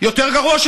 יותר גרוע.